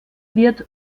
wird